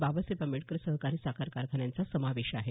बाबासाहेब आंबेडकर सहकारी साखर कारखान्याचा समावेश आहे